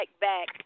back